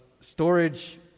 storage